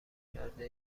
کرده